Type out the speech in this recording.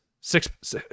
six